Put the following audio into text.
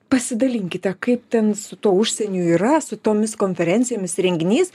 pasidalinkite kaip ten su tuo užsieniu yra su tomis konferencijomis renginys